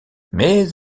mais